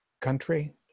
country